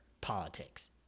politics